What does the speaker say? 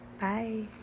Bye